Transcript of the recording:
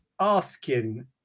asking